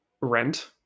rent